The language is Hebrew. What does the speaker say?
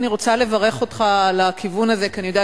אני רוצה לברך אותך על הכיוון הזה,